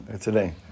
today